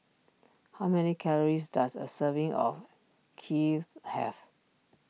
how many calories does a serving of Kheer have